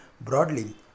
broadly